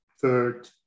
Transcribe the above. Third